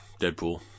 Deadpool